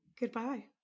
Goodbye